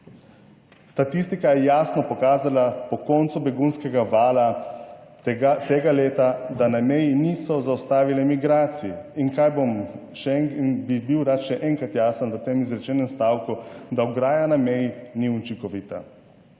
Statistika je jasno pokazala po koncu begunskega vala tega leta, da na meji niso zaustavile migracij. In bi bil rad še enkrat jasen v tem izrečenem stavku, da ograja na meji ni učinkovita.